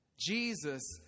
Jesus